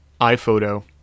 iPhoto